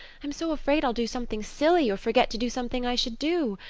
i'm so afraid i'll do something silly or forget to do something i should do.